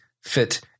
fit